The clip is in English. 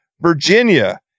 Virginia